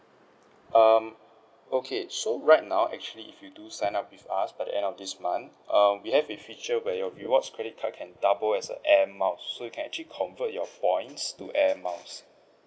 um okay so right now actually if you do sign up with us by the end of this month err we have this feature where your rewards credit card can double as an airmiles so you can actually convert your points to Air Miles